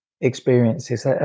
experiences